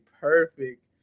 perfect